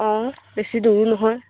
অঁ বেছি দূৰোঁ নহয়